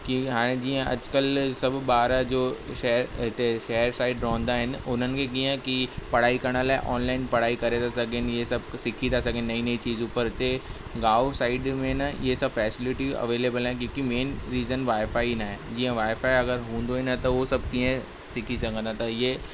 की हाणे जीअं अॼु कल्ह सभ ॿार जो उते शहरु साइड रहंदा आहिनि उन्हनि खे कीअं की पढ़ाई करण लाइ ऑनलाइन पढ़ाई करे था सघनि इहे सभु सिखी था सघनि नयूं नयूं चीजे पर इते गांव साइड में न इहे सभु फैसिलिटी अवेलेबल आहिनि क्यूकि मैन रीज़न वाए फाए ना आहे जीअं वाए फाए अगरि हूंदो ई न त हो सभु कीअं सिखी सघंदा त इहे